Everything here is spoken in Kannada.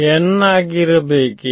n ಆಗಿರಬೇ ಕೇ